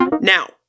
Now